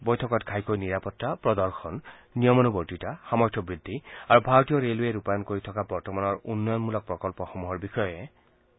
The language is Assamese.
বৈঠকত ঘাইকৈ নিৰাপত্তা প্ৰদৰ্শন নিয়মানুৱৰ্তিতা সামৰ্থ বুদ্ধি আৰু ভাৰতীয় ৰেলৱে ৰূপায়ণ কৰি থকা বৰ্তমানৰ উন্নয়নমূলক প্ৰকল্পসমূহৰ বিষয়সমূহে আগস্থান লাভ কৰে